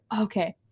Okay